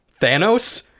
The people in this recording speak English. Thanos